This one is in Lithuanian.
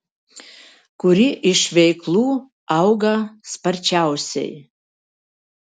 kuri iš veiklų auga sparčiausiai